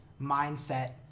mindset